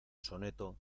soneto